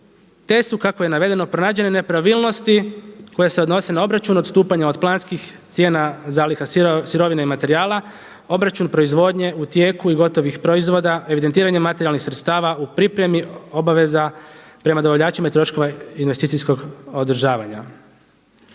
te su kako je navedeno pronađene nepravilnosti koji se odnose na obračun odstupanja od planskih cijena zaliha sirovina i materijala, obračun proizvodnje u tijeku i gotovih proizvoda, evidentiranja materijalnih sredstava u pripremi obaveza prema dobavljačima i troškovima investicijskog održavanja.